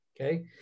Okay